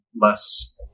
less